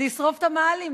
זה ישרוף את המאהלים,